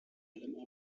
allem